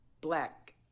black